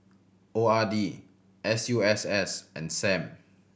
O R D S U S S and Sam